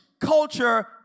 culture